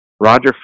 Roger